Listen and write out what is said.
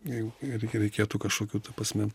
jeigu reikia reikėtų kažkokių ta prasme